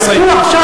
אורבך.